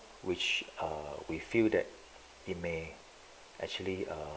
which err we feel that it may actually err